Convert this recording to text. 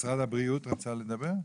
משרד הבריאות רצה להתייחס.